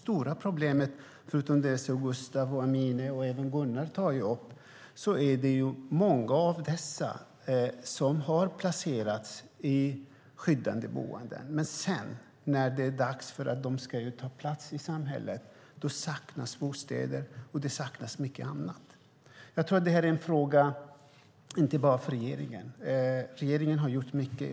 Det stora problemet, förutom det som Gustav Fridolin, Amineh Kakabaveh och även Gunnar Andrén tar upp, är att det saknas bostäder och mycket annat när det är dags för dem som har placerats i skyddade boenden att ta plats i samhället igen. Jag tror att detta inte bara är en fråga för regeringen. Regeringen har gjort mycket.